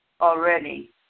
already